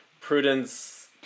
Prudence